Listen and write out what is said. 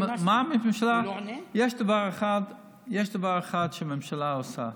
הממשלה, יש דבר אחד שהממשלה עושה: